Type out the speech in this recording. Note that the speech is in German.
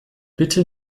bitte